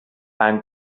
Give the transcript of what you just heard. amb